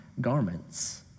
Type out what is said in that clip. garments